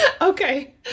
Okay